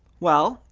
well,